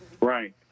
right